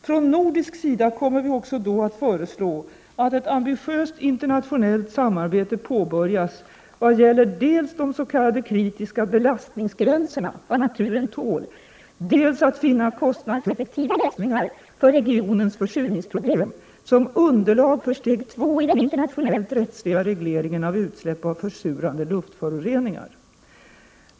Från nordisk sida kommer vi också då att föreslå att ett ambitiöst internationellt samarbete påbörjas vad gäller dels de s.k. kritiska belastningsgränserna-— vad naturen tål —, dels att finna kostnadseffektiva lösningar för regionens försurningsproblem, som underlag för steg två i den internationellt rättsliga regleringen av utsläpp av försurande luftföroreningar.